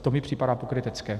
To mi připadá pokrytecké.